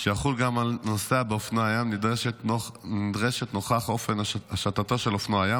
שיחול גם על נוסע באופנוע ים נדרשת נוכח אופן השטתו של אופנוע ים,